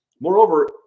Moreover